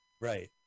Right